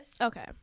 okay